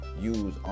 Use